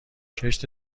کشت